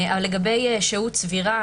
לגבי שהות סבירה,